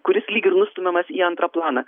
kuris lyg ir nustumiamas į antrą planą